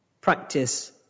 Practice